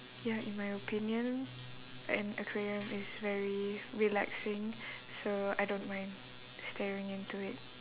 ya in my opinion an aquarium is very relaxing so I don't mind staring into it